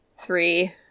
three